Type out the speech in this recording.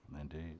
Indeed